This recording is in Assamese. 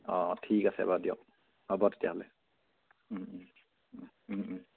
অঁ ঠিক আছে বাৰু দিয়ক হ'ব তেতিয়াহ'লে